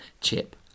Chip